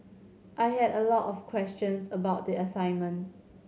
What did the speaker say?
I had a lot of questions about the assignment